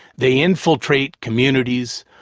they infiltrate communities,